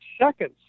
seconds